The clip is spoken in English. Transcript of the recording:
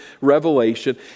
revelation